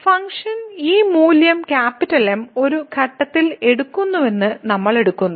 function ഈ മൂല്യം M ഒരു ഘട്ടത്തിൽ എടുക്കുന്നുവെന്ന് നമ്മൾ എടുക്കുന്നു